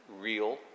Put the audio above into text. real